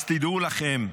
אז תדעו לכם,